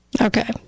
Okay